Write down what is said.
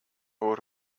өөр